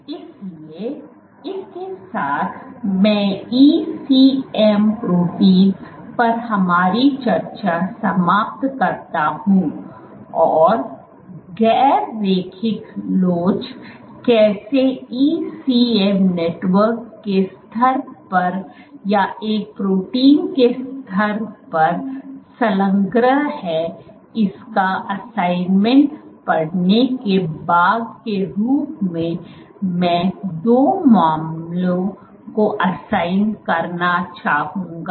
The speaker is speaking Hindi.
इसलिए इसके साथ मैं ईसीएम प्रोटीन पर हमारी चर्चा समाप्त करता हूं और गैर रैखिक लोच कैसे ईसीएम नेटवर्क के स्तर पर या एक प्रोटीन के स्तर पर संलग्न है इसका असाइनमेंट पढ़ने के भाग के रूप में मैं दो मामले को असाइन करना चाहूंगा